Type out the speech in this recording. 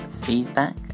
feedback